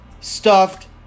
stuffed